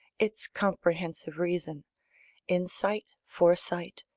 its comprehensive reason insight, foresight,